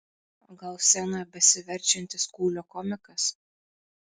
o gal scenoje besiverčiantis kūlio komikas